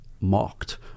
mocked